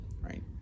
right